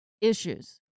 issues